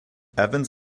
evans